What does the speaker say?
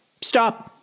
stop